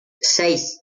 seis